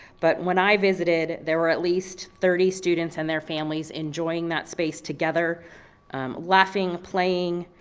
but when i visited there were at least thirty students and their families enjoying that space together laughing, playing,